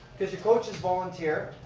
cause your coaches volunteer,